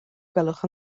gwelwch